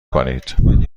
کنید